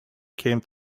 came